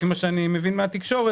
לפי מה שאני מבין מהתקשורת,